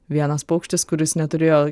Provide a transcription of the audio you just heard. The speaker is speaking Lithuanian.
vienas paukštis kuris neturėjo